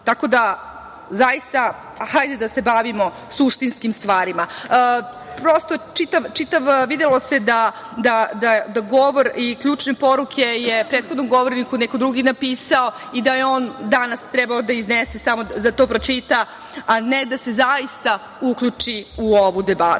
Tako da, hajde da se bavimo suštinskim stvarima. Prosto, videlo se da govor i ključne poruke je prethodnom govorniku neko drugi napisao i da je on danas trebao da to samo pročita, a ne da se zaista uključi u ovu debatu. Ja